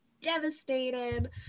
devastated